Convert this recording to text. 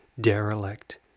Derelict